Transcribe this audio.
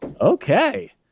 Okay